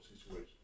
situation